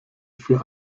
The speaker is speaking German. für